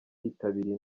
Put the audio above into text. yitabiriye